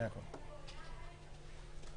שכן חשוב לנו שמצדכם זה יהיה סוג IVR